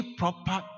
proper